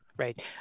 Right